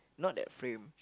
not that frame